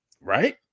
right